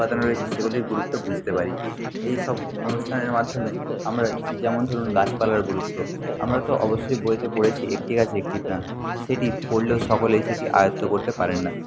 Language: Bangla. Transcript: উপাদান রয়েছে সেগুলির গুরুত্ব বুঝতে পারি এইসব অনুষ্ঠানের মাধ্যমে আমরা যেমন ধরুন গাছপালার গুরুত্ব আমরা তো অবশ্যই বইতে পড়েছি একটি গাছ একটি প্রাণ সেটি পড়লেও সকলে সেটি আয়ত্ত করতে পারেন না